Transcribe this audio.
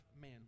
Man